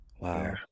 wow